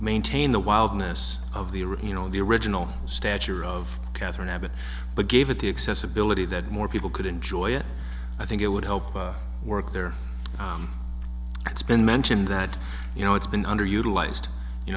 maintain the wildness of the reno the original stature of katherine abbott but gave it the accessibility that more people could enjoy it i think it would help work there it's been mentioned that you know it's been underutilized you